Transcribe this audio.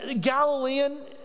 Galilean